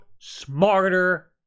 smarter